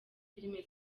filime